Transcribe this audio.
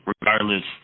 regardless